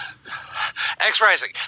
X-Rising